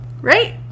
right